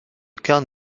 camp